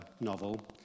novel